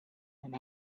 and